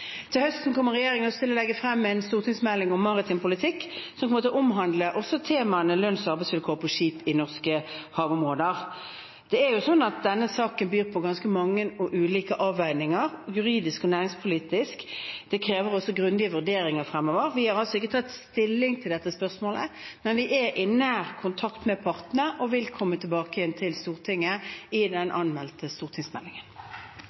Til høsten kommer regjeringen til å legge frem en stortingsmelding om maritim politikk som også kommer til å omhandle temaene lønns- og arbeidsvilkår på skip i norske havområder. Det er jo slik at denne saken byr på ganske mange og ulike avveininger, juridiske og næringspolitiske. Det krever også grundige vurderinger fremover. Vi har altså ikke tatt stilling til dette spørsmålet, men vi er i nær kontakt med partene og vil komme tilbake igjen til Stortinget i